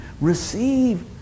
Receive